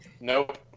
Nope